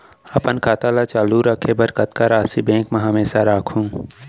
अपन खाता ल चालू रखे बर कतका राशि बैंक म हमेशा राखहूँ?